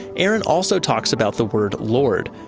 aaron also talks about the word lord.